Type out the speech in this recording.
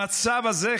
המצב הזה,